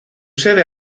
sede